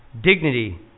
dignity